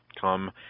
come